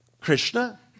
Krishna